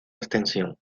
extensión